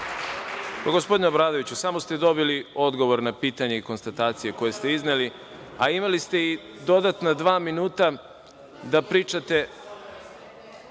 Gospodine Obradoviću, samo ste dobili odgovor na pitanje i konstatacije koje ste izneli, a imali ste i dodatna dva minuta da pričate.